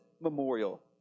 memorial